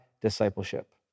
discipleship